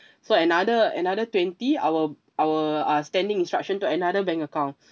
so another another twenty I will I will uh standing instruction to another bank account